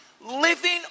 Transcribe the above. living